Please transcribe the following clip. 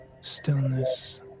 stillness